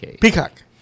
Peacock